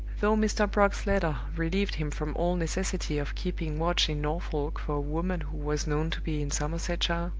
though mr. brock's letter relieved him from all necessity of keeping watch in norfolk for a woman who was known to be in somersetshire